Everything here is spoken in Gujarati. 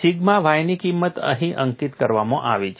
સિગ્મા y ની કિંમત અહીં અંકિત કરવામાં આવી છે